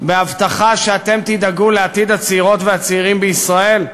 בהבטחה שאתם תדאגו לעתיד הצעירות והצעירים בישראל?